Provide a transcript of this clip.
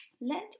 let